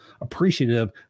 appreciative